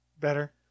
Better